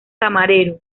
camarero